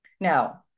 Now